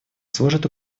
служит